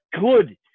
good